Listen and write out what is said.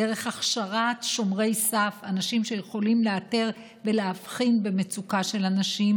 דרך הכשרת שומרי סף אנשים שיכולים לאתר אנשים ולהבחין במצוקה שלהם,